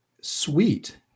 sweet